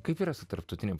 kaip yra su tarptautiniu